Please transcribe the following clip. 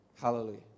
Hallelujah